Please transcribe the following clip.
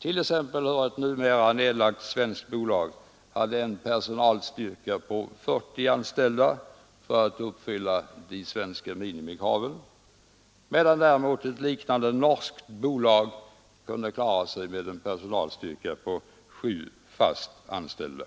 hur ett numera nedlagt svenskt bolag hade en personalstyrka på 40 personer för att uppfylla de svenska minimikraven, medan däremot ett liknande norskt bolag kunde klara sig med en personalstyrka på sju fast anställda.